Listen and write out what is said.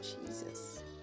jesus